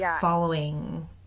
following